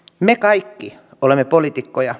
me kaikki olemme poliitikkoja